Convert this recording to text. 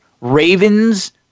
Ravens